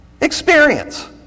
Experience